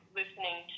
listening